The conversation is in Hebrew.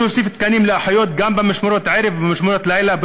יש להוסיף תקנים לאחיות גם במשמרות ערב ובמשמרות לילה,